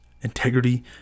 integrity